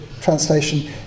translation